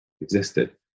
existed